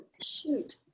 Shoot